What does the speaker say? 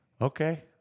okay